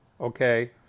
okay